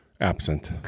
absent